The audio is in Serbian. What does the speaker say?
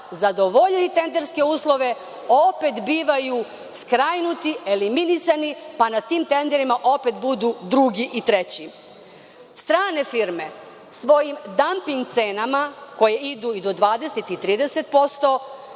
zadovoljili tenderske uslove, opet bivaju skrajnuti, eliminisani, pa na tim tenderima opet budu drugi i treći. Strane firme svojim damping cenama koje idu i do 20, 30%